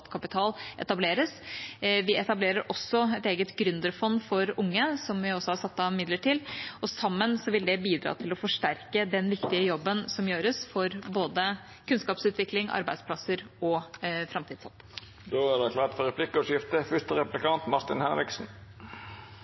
kapital etableres. Vi etablerer også et eget gründerfond for unge, som vi har satt av midler til, og sammen vil det bidra til å forsterke den viktige jobben som gjøres, for både kunnskapsutvikling, arbeidsplasser og framtidshåp. Det vert replikkordskifte.